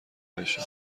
بشه